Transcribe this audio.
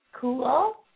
cool